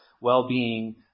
well-being